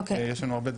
יש לנו הרבה דברים.